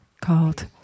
called